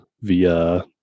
via